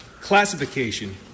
classification